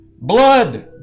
Blood